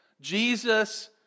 Jesus